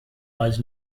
was